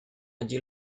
allí